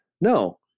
No